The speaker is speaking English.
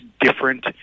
different